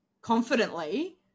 confidently